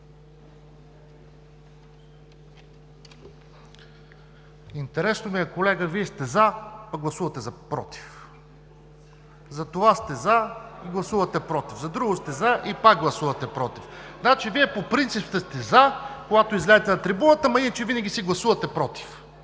Интересно ми е, колега, Вие сте за, пък гласувате „против“. За това сте за и гласувате „против“, за друго сте за и пак гласувате „против“. Значи Вие по принцип сте за, когато излезете на трибуната, ама иначе винаги си гласувате „против“.